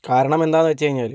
കാരണമെന്താണെന്ന് വെച്ചു കഴിഞ്ഞാൽ